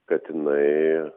kad jinai